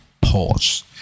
Pause